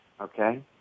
Okay